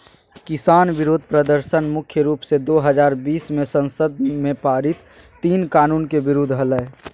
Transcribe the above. किसान विरोध प्रदर्शन मुख्य रूप से दो हजार बीस मे संसद में पारित तीन कानून के विरुद्ध हलई